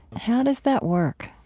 how does that work?